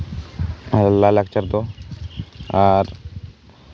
ᱟᱨ ᱞᱟᱭᱼᱞᱟᱠᱪᱟᱨ ᱫᱚ ᱟᱨ